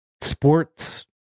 sports